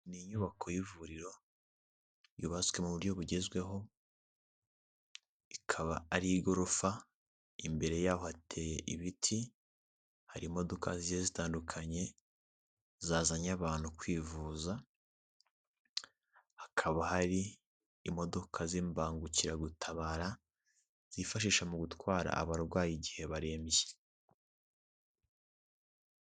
Ni inyubako y'ivuriro yubatswe mu buryo bugezweho, ikaba ari igorofa imbere y'aho hateye ibiti, hari imodoka zitandukanye zazanye abantu kwivuza, hakaba hari imodoka z'imbangukiragutabara zifashishwa mu gutwara abarwayi igihe barembye.